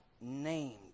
named